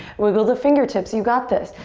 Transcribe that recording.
wiggle the fingertips. you got this.